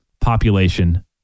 population